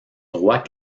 droit